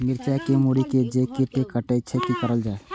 मिरचाय के मुरी के जे कीट कटे छे की करल जाय?